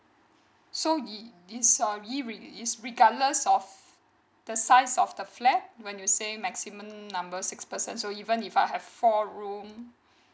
so is regardless of the size of the flat when you say maximum number six person so even if I have four room